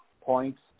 points